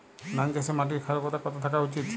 ধান চাষে মাটির ক্ষারকতা কত থাকা উচিৎ?